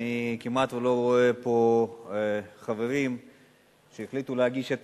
אני כמעט לא רואה פה חברים שהחליטו להגיש את